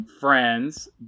friends